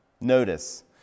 Notice